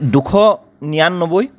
দুশ নিৰান্নব্বৈ